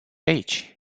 aici